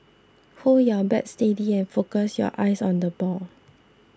hold your bat steady and focus your eyes on the ball